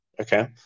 okay